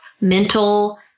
mental